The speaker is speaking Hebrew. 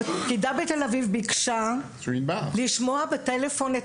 הפקידה בתל אביב ביקשה לשמוע בטלפון את